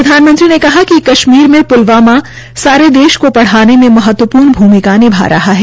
प्रधानमंत्री ने कहा कि कश्मीर में पुलवामा सारे देश को पढ़ाने में महत्वपूर्ण भूमिका निभा रहे है